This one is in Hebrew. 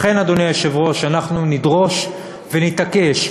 לכן, אדוני היושב-ראש, אנחנו נדרוש ונתעקש.